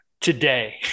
today